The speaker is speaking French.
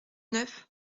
neuf